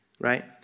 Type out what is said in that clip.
right